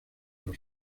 los